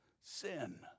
sin